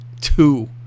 Two